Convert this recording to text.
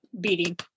beating